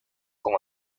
con